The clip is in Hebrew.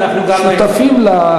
אנחנו גם, שותפים.